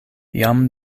jam